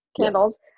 candles